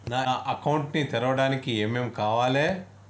నా అకౌంట్ ని తెరవడానికి ఏం ఏం కావాలే?